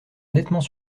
nettement